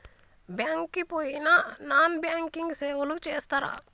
Bank కి పోయిన non banking సేవలు చేస్తరా?